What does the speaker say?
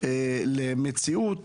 למציאות